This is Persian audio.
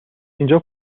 اینجا